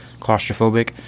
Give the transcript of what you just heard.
claustrophobic